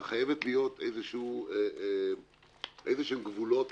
אבל חייבים להיות איזה שהם גבולות,